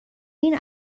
این